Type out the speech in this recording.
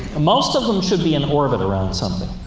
most of them should be in orbit around something.